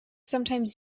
sometimes